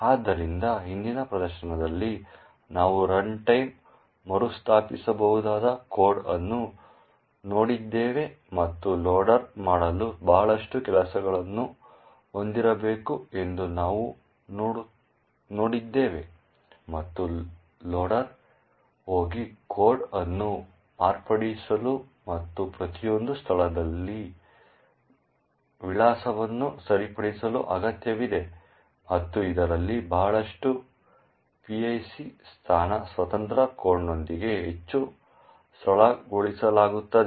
ಆದ್ದರಿಂದ ಹಿಂದಿನ ಪ್ರದರ್ಶನದಲ್ಲಿ ನಾವು ರನ್ಟೈಮ್ ಮರುಸ್ಥಾಪಿಸಬಹುದಾದ ಕೋಡ್ ಅನ್ನು ನೋಡಿದ್ದೇವೆ ಮತ್ತು ಲೋಡರ್ ಮಾಡಲು ಬಹಳಷ್ಟು ಕೆಲಸಗಳನ್ನು ಹೊಂದಿರಬೇಕು ಎಂದು ನಾವು ನೋಡಿದ್ದೇವೆ ಮತ್ತು ಲೋಡರ್ ಹೋಗಿ ಕೋಡ್ ಅನ್ನು ಮಾರ್ಪಡಿಸಲು ಮತ್ತು ಪ್ರತಿಯೊಂದು ಸ್ಥಳಗಳಲ್ಲಿ ವಿಳಾಸವನ್ನು ಸರಿಪಡಿಸಲು ಅಗತ್ಯವಿದೆ ಮತ್ತು ಇದರಲ್ಲಿ ಬಹಳಷ್ಟು PIC ಸ್ಥಾನ ಸ್ವತಂತ್ರ ಕೋಡ್ನೊಂದಿಗೆ ಹೆಚ್ಚು ಸರಳಗೊಳಿಸಲಾಗುತ್ತದೆ